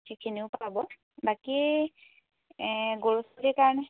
সেইখিনিও পাব বাকী গৰু ছাগলীৰ কাৰণে